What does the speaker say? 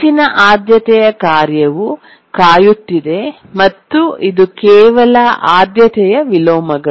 ಹೆಚ್ಚಿನ ಆದ್ಯತೆಯ ಕಾರ್ಯವು ಕಾಯುತ್ತಿದೆ ಮತ್ತು ಇದು ಕೇವಲ ಆದ್ಯತೆಯ ವಿಲೋಮಗಳು